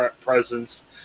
presence